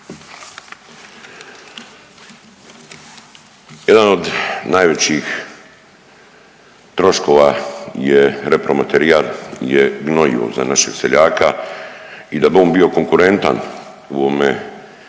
Jedan od najvećih troškova je repromaterijal je gnojivo za našeg seljaka i da bi on bio konkurentan u ovome